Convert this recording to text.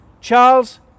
Charles